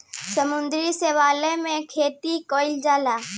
समुद्री शैवाल के खेती कईल जाला